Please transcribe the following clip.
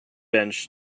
bench